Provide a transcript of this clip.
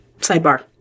sidebar